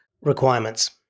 requirements